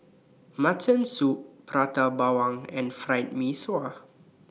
Mutton Soup Prata Bawang and Fried Mee Sua